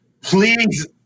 please